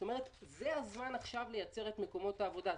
זה הזמן עכשיו לייצר את מקומות העבודה,